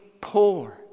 poor